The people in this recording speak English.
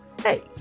hey